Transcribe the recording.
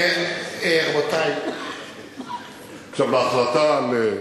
כן, אחרת יספיקו בספטמבר לרישום.